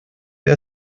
wir